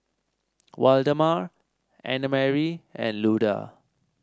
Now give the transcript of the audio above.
Waldemar Annamarie and Luda